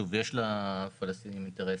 שוב יש לפלסטינים אינטרס,